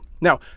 Now